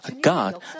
God